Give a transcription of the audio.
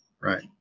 Right